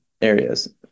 areas